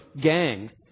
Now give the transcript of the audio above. gangs